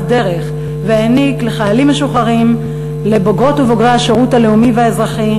דרך והעניק לחיילים משוחררים ולבוגרות ובוגרי השירות הלאומי והאזרחי,